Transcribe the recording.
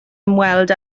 ymweld